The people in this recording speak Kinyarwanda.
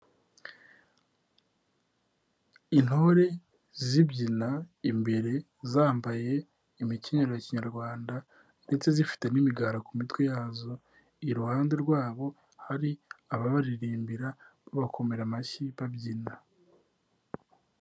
Intore zibyina imbere zambaye imikenyero ya kinyarwanda ndetse zifite n'imigara ku mitwe yazo, iruhande rwabo hari ababaririmbira, bakomera amashyi babyina.